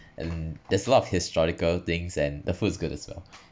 and there's a lot of historical things and the foods good as well